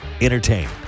entertain